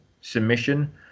submission